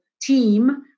team